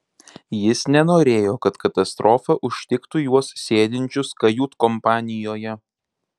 jis nenorėjo kad katastrofa užtiktų juos sėdinčius kajutkompanijoje